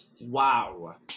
wow